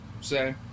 say